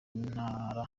ntara